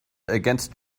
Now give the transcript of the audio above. against